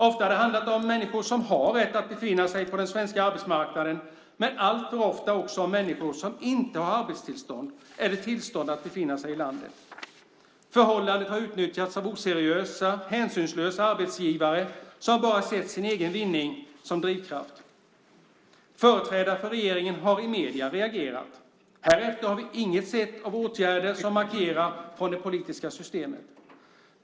Ofta har det handlat om människor som har rätt att befinna sig på den svenska arbetsmarknaden men alltför ofta också om människor som inte har arbetstillstånd eller tillstånd att befinna sig i landet. Förhållandet har utnyttjats av oseriösa hänsynslösa arbetsgivare som bara sett sin egen vinning som drivkraft. Företrädare för regeringen har reagerat i medierna. Härefter har vi inget sett av åtgärder som markerar från det politiska systemet.